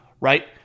Right